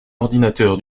ordinateur